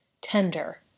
tender